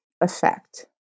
effect